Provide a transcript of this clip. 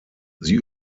sie